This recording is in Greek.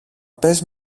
πες